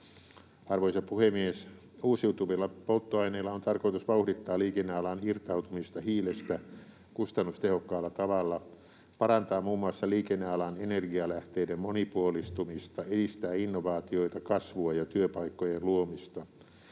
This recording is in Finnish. Arvoisa puhemies! Uusiutuvilla polttoaineilla on tarkoitus vauhdittaa liikennealan irtautumista hiilestä kustannustehokkaalla tavalla, parantaa muun muassa liikennealan energialähteiden monipuolistumista, edistää innovaatioita, kasvua ja työpaikkojen luomista.